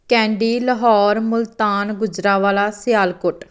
candy Lahore Multan Gujranwala Sialkot